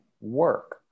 work